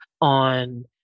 on